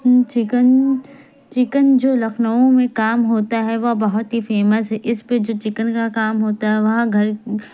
chicken chikan جو لکھنؤ میں کام ہوتا ہے وہ بہت ہی فیمس ہے اس پہ جو چکن کا کام ہوتا ہے وہاں گھر